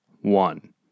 one